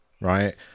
Right